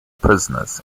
prisoners